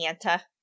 Santa